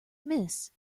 miss